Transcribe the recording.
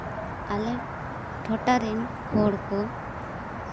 ᱟᱞᱮ ᱴᱚᱴᱷᱟ ᱨᱮᱱ ᱦᱚᱲ ᱠᱚ